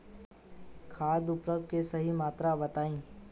खाद उर्वरक के सही मात्रा बताई?